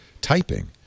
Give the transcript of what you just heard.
typing